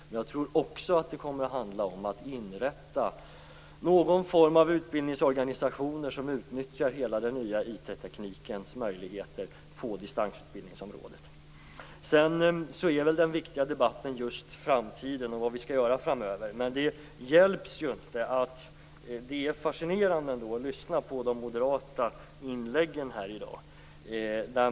Men jag tror också att det kommer att handla om att inrätta någon form av utbildningsorganisationer som utnyttjar hela den nya IT-teknikens möjligheter på distansutbildningsområdet. Sedan gäller väl den viktiga debatten framtiden och vad vi skall göra framöver. Men det kan inte hjälpas att det är fascinerande att lyssna på de moderata inläggen här i dag.